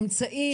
באמצעי.